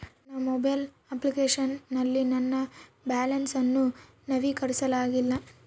ನನ್ನ mobile application ನಲ್ಲಿ ನನ್ನ ಬ್ಯಾಲೆನ್ಸ್ ಅನ್ನು ನವೀಕರಿಸಲಾಗಿಲ್ಲ